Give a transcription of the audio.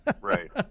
Right